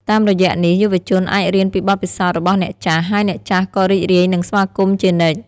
តាមរយៈនេះ យុវជនអាចរៀនពីបទពិសោធន៍របស់អ្នកចាស់ ហើយអ្នកចាស់ក៏រីករាយនឹងស្វាគមន៍ជានិច្ច។